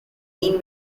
mean